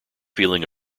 feeling